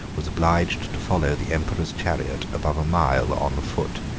was obliged to follow the emperor's chariot above a mile on foot,